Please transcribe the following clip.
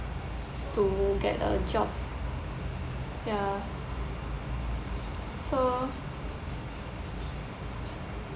to get a job ya so